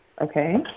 Okay